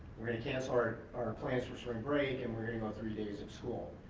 we're gonna cancel our our plans for spring break and we're gonna go on three days of school.